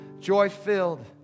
joy-filled